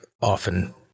often